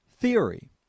theory